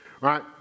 right